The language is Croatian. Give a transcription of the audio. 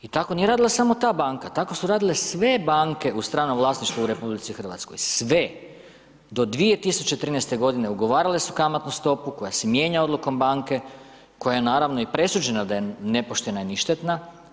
I tako nije radila samo ta banka, tako su radile sve banke u stranom vlasništvu u Republici Hrvatskoj, sve, do 2013. godine, ugovarale su kamatnu stopu koja se mijenja Odlukom banke, koja je naravno i presuđena da je nepoštena i ništetna.